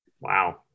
Wow